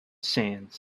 sands